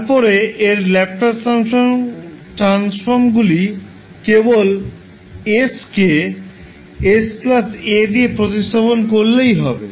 তারপরে এর ল্যাপ্লাস ট্রান্সফর্মগুলি কেবল 𝑠 কে 𝑠 𝑎 দিয়ে প্রতিস্থাপন করলেই হবে